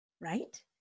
Right